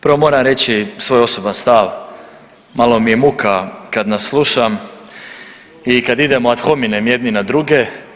Prvo moram reći svoj osoban stav, malo mi je muka kad nas slušam i kad idemo ad hominem jedni na druge.